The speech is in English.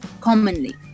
commonly